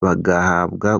bagahabwa